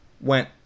went